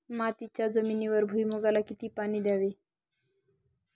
मातीच्या जमिनीवर भुईमूगाला किती पाणी द्यावे?